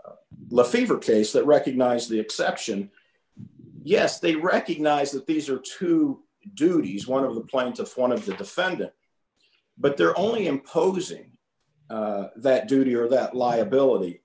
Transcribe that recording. favor case that recognize the exception yes they recognize that these are two duties one of the plaintiff one of the defendant but they're only imposing that duty or that liability